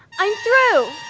i'm through.